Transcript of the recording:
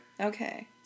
okay